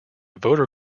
voter